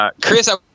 Chris